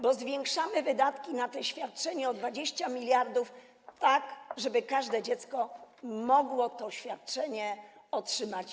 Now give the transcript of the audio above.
Bo zwiększamy wydatki na to świadczenie o 20 mld, żeby każde dziecko mogło to świadczenie otrzymać.